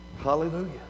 Hallelujah